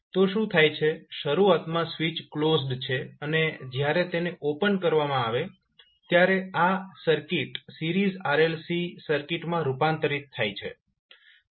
તો શું થાય છે શરૂઆતમાં સ્વીચ ક્લોઝડ છે અને જ્યારે તેને ઓપન કરવામાં આવે છે ત્યારે આ સર્કિટ સીરીઝ RLC સર્કિટમાં રૂપાંતરિત થાય છે